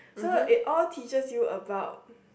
so it all teaches you about